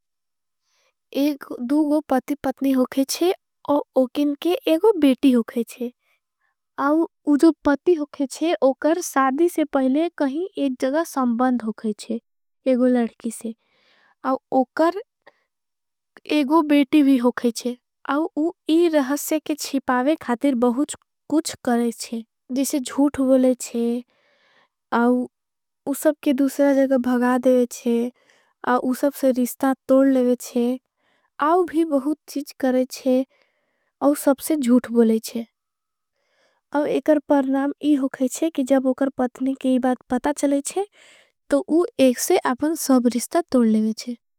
एक दूगो पति पत्नी होकेचे और उकिनके एगो बेटी होकेचे। और उजो पती होकेचे उकर साधी से पहले कहीं एग। जगा संबन्ध होकेचे एगो लड़की से उकर एगो बेटी भी। होकेचे और वो इस रहस्य के छीपावे खातिर बहुत। कुछ करेचे जिसे जूठ बोलेचे उससे दूसरा जगा भगा। देवेचे उससे रिस्ता तोड़ लेवेचे आव भी बहुत चीज। करेचे और सबसे जूठ बोलेचे आव एकर परनाम इह। होकेचे कि जब उकर पतनी की बात पता चलेचे। तो उ एक से आपन सब रिस्ता तोड़ लेवेचे।